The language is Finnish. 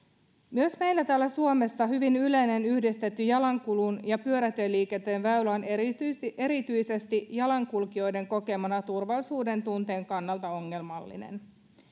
myös meillä täällä suomessa hyvin yleinen yhdistetty jalankulun ja pyörätieliikenteen väylä on erityisesti erityisesti jalankulkijoiden kokemana turvallisuudentunteen kannalta ongelmallinen